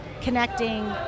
connecting